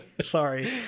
sorry